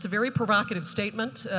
very provocative statement.